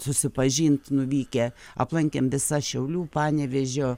susipažint nuvykę aplankėm visas šiaulių panevėžio